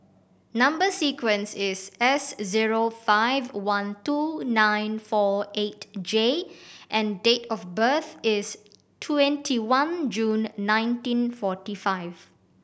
number sequence is S zero five one two nine four eight J and date of birth is twenty one June nineteen forty five